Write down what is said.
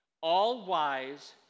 all-wise